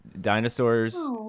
dinosaurs